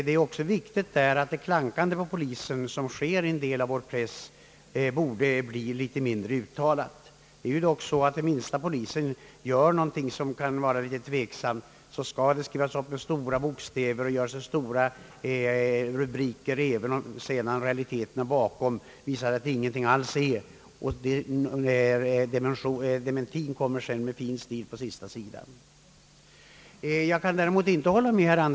Det är också viktigt att det klankande på polisen, som sker i en del av vår press, bleve litet mindre uttalat. Det allra minsta polisen gör, som kan synas något tveksamt, skrives upp med stora bokstäver och göres stora rubriker om, även om realiteten bakom, när sedan dementien kommer med fin stil på sista sidan några dagar senare visar att det inte var något att tala om.